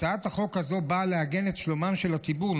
הצעת החוק הזו באה להגן על שלומו של הציבור,